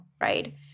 right